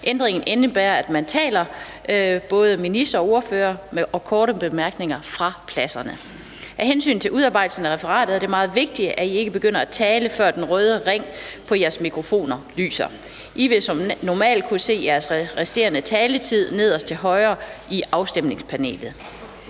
Ændringen indebærer altså, at man taler – både ministre og ordførere og medlemmer med korte bemærkninger – fra pladserne. Af hensyn til udarbejdelsen af referatet er det meget vigtigt, at I ikke begynder at tale, før den røde ring på jeres mikrofon lyser. I vil som normalt kunne se jeres resterende taletid nederst til højre i afstemningspanelet.